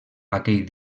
aquell